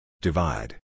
Divide